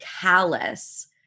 callous